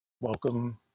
Welcome